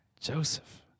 Joseph